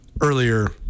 earlier